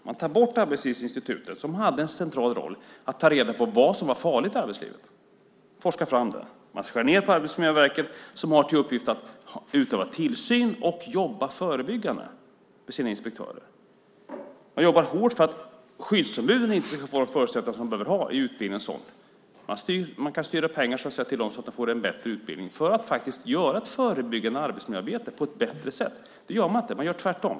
Man tar bort Arbetslivsinstitutet, som hade en central roll att ta reda på vad som var farligt i arbetslivet, att forska fram det. Man skär ned på Arbetsmiljöverket, som har till uppgift att utöva tillsyn och jobba förebyggande med sina inspektörer. Man jobbar hårt för att skyddsombuden inte ska få för sig att de behöver ha utbildning. Man skulle kunna styra pengar till dem som kan få en bättre utbildning för att göra ett förebyggande arbetsmiljöarbete på ett bättre sätt. Det gör man inte, utan man gör tvärtom.